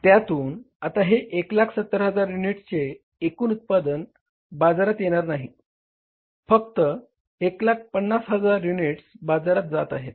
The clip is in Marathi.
त्यातून आता हे 170000 युनिट्सचे एकूण उत्पादन बाजारात येणार नाही फक्त 150000 युनिट बाजारात जात आहेत